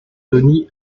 dennis